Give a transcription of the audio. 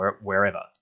wherever